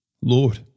Lord